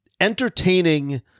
entertaining